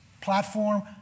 platform